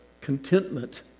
contentment